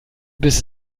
biss